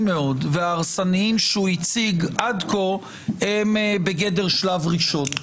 מאוד וההרסניים שהוא הציג עד כה הם בגדר שלב ראשון.